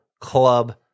Club